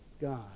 God